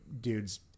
dudes